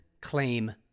claim